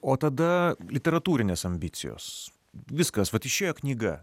o tada literatūrinės ambicijos viskas vat išėjo knyga